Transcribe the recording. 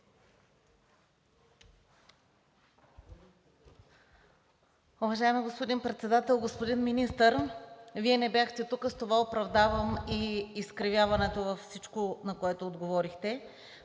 Уважаеми господин Председател, господин Министър! Вие не бяхте тук. С това оправдавам и изкривяването във всичко, на което отговорихте.